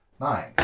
Nine